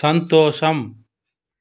సంతోషం